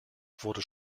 wurde